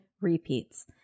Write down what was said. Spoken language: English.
repeats